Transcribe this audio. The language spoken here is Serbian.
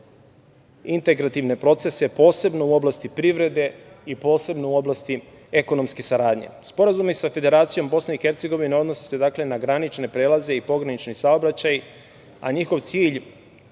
integrativne procese, posebno u oblasti privrede i posebno u oblasti ekonomske saradnje. Sporazumi sa Federacijom Bosne i Hercegovine odnose se na granične prelaze i pogranični saobraćaj, a njihov cilj